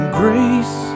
grace